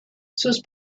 sus